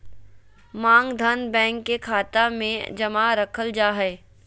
मांग धन, बैंक के खाता मे जमा रखल जा हय